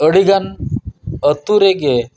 ᱟᱹᱰᱤᱜᱟᱱ ᱟᱹᱛᱩ ᱨᱮᱜᱮ